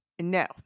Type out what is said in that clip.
No